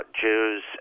Jews